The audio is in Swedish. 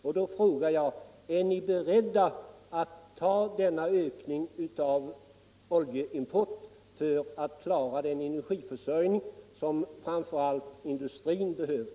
Och då frågar jag: Är ni beredda att ta denna ökning av oljeimporten för att klara det energibehov som framför allt industrin har?